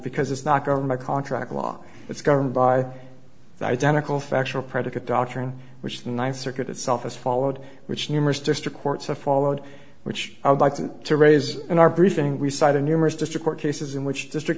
because it's not government contract law it's governed by the identical factual predicate doctrine which the ninth circuit itself has followed which numerous district courts have followed which i would like to raise in our briefing we cite in numerous district court cases in which district